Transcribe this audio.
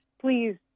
Please